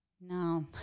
No